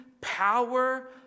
power